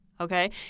okay